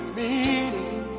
meaning